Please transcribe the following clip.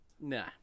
Nah